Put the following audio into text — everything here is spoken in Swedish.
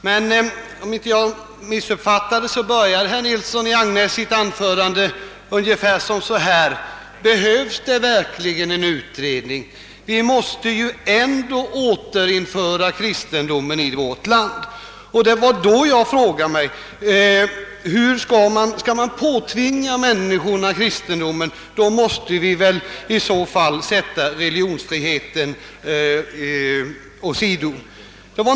Men om jag inte misuppfattade herr Nilsson i Agnäs, började han sitt anförande ungefär med orden: Behövs det verkligen en utredning — vi måste ju ändå återinföra kristendomen i vårt land? Det var då jag sade: Skall man påtvinga människorna kristendomen måste man väl åsidosätta religionsfriheten?